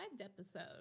episode